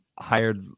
hired